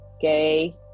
Gay